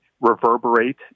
reverberate